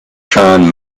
sean